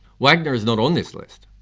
wagner is not on this list.